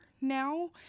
now